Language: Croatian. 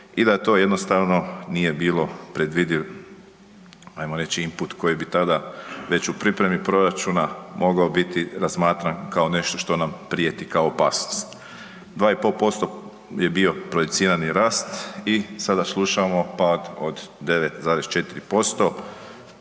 i da to jednostavno nije bilo predvidiv, ajmo reći, input koji bi tada već u pripremi proračuna mogao biti razmatran kao nešto što nam prijeti kao opasnost. 2,5% je bio projicirani rast i sada slušamo pad od 9,4%.